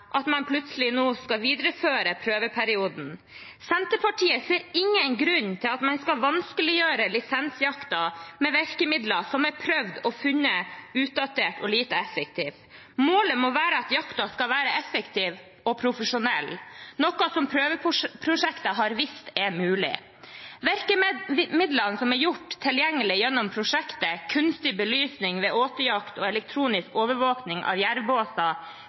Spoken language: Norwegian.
plutselig at man skal videreføre prøveperioden. Senterpartiet ser ingen grunn til at man skal vanskeliggjøre lisensjakten med virkemidler som er prøvd og funnet utdatert og lite effektive. Målet må være at jakten skal være effektiv og profesjonell – noe prøveprosjektet har vist er mulig. Virkemidlene som er gjort tilgjengelige gjennom prosjektet – kunstig belysning ved åtejakt og elektronisk overvåkning av